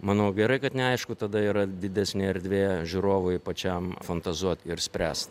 manau gerai kad neaišku tada yra didesnė erdvė žiūrovui pačiam fantazuot ir spręst